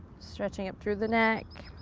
stretching up through the neck.